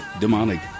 demonic